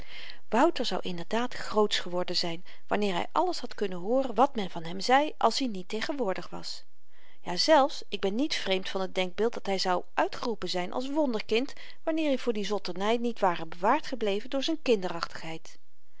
wouter zou inderdaad grootsch geworden zyn wanneer hy alles had kunnen hooren wat men van hem zei als i niet tegenwoordig was jazelfs ik ben niet vreemd van t denkbeeld dat hy zou uitgeroepen zyn als wonderkind wanneer i voor die zotterny niet ware bewaard gebleven door z'n